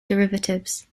derivatives